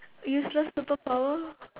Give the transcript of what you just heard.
useless superpower